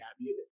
happy